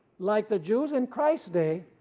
like the jews in christ day,